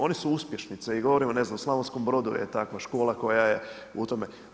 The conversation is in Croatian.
Oni su uspješnice i govorim ne znam, u Slavonskom Brodu je takva škola koja u tome.